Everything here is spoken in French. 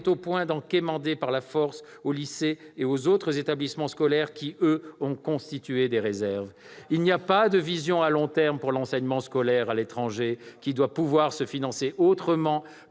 au point d'en extorquer aux lycées et aux autres établissements scolaires qui, eux, ont constitué des réserves. Il n'y a pas de vision à long terme pour l'enseignement scolaire à l'étranger. Celui-ci doit pouvoir se financer autrement